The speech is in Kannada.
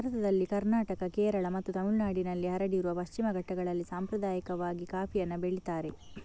ಭಾರತದಲ್ಲಿ ಕರ್ನಾಟಕ, ಕೇರಳ ಮತ್ತು ತಮಿಳುನಾಡಿನಲ್ಲಿ ಹರಡಿರುವ ಪಶ್ಚಿಮ ಘಟ್ಟಗಳಲ್ಲಿ ಸಾಂಪ್ರದಾಯಿಕವಾಗಿ ಕಾಫಿಯನ್ನ ಬೆಳೀತಾರೆ